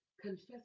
Confess